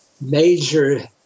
major